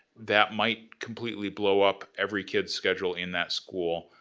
that might completely blow up every kids schedule in that school.